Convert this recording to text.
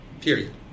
Period